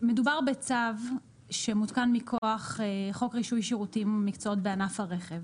בצו שמותקן מכוח חוק רישוי שירותים ומקצועות בענף הרכב.